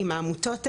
עם העמותות האלה.